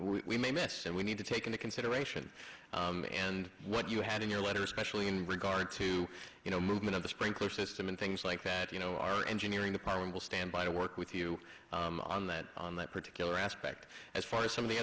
we may miss and we need to take into consideration and what you had in your letter especially in regard to you know movement of the sprinkler system and things like that you know our engineering department will stand by to work with you on that on that particular aspect as far as some of the